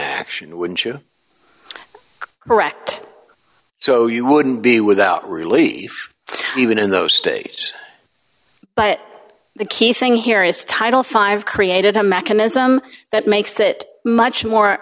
action wouldn't you correct so you wouldn't be without relief even in those states but the key thing here is title five created a mechanism that makes it much more